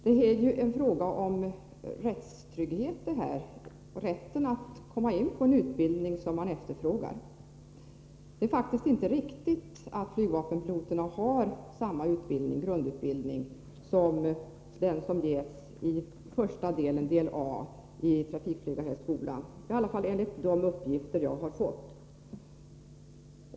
Herr talman! Det är här fråga om rättstrygghet och om rätten att komma in på en utbildning som man efterfrågar. Det är faktiskt inte riktigt att flygvapenpiloterna har samma grundutbildning som ges i första delen, del A, av utbildningen vid trafikflygarhögskolan — i alla fall inte enligt de uppgifter som jag har fått.